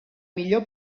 millor